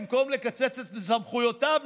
במקום לקצץ בסמכויותיו,